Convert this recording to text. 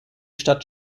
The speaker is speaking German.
stadt